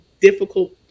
difficult